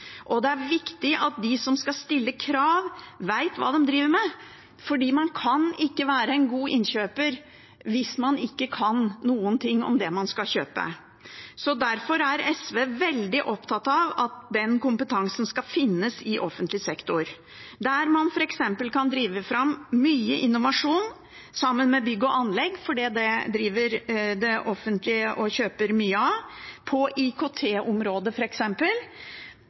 det. Det er viktig at de som skal stille krav, vet hva de driver med, for man kan ikke være en god innkjøper hvis man ikke kan noen ting om det man skal kjøpe. Derfor er SV veldig opptatt av at den kompetansen skal finnes i offentlig sektor, der man kan drive fram mye innovasjon – f.eks. sammen med bygg- og anleggsbransjen, for der kjøper det offentlige mye, og